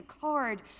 card